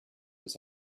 was